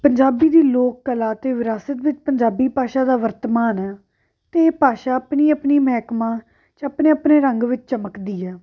ਪੰਜਾਬੀ ਦੀ ਲੋਕ ਕਲਾ ਅਤੇ ਵਿਰਾਸਤ ਵਿੱਚ ਪੰਜਾਬੀ ਭਾਸ਼ਾ ਦਾ ਵਰਤਮਾਨ ਆ ਅਤੇ ਇਹ ਭਾਸ਼ਾ ਆਪਣੀ ਆਪਣੀ ਮਹਿਕਮਾ 'ਚ ਆਪਣੇ ਆਪਣੇ ਰੰਗ ਵਿੱਚ ਚਮਕਦੀ ਆ